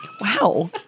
Wow